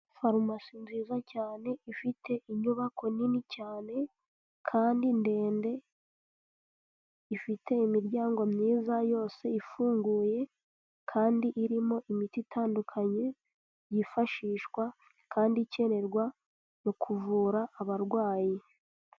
Farumasi nziza cyane ifite inyubako nini cyane kandi ndende, ifite imiryango myiza yose ifunguye kandi irimo imiti itandukanye, yifashishwa kandi ikenerwa mu kuvura abarwayi.